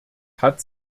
hat